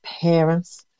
parents